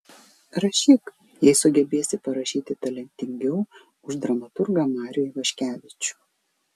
rašyk jei sugebėsi parašyti talentingiau už dramaturgą marių ivaškevičių